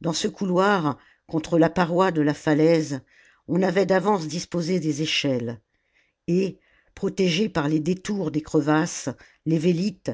dans ce couloir contre la paroi de la falaise on avait d'avance disposé des échelles et protégés par les détours des crevasses les vélites